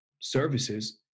services